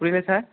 புரியல சார்